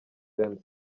james